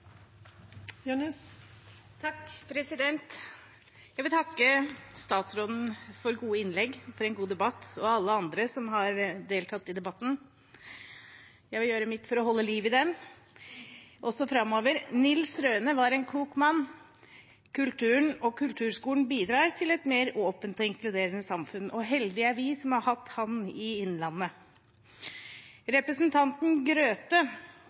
Jeg vil takke statsråden for gode innlegg, takke for en god debatt og takke alle andre som har deltatt i debatten. Jeg vil gjøre mitt for å holde liv i den også framover. Nils A. Røhne var en klok mann. Kulturen og kulturskolen bidrar til et mer åpent og inkluderende samfunn, og heldige er vi som har hatt ham i Innlandet.